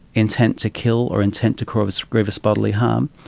intent to kill or intent to cause grievous bodily harm,